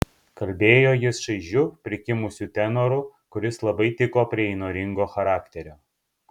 kalbėjo jis šaižiu prikimusiu tenoru kuris labai tiko prie įnoringo charakterio